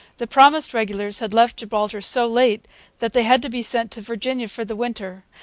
the promised regulars had left gibraltar so late that they had to be sent to virginia for the winter,